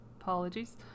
apologies